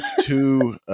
two